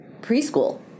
preschool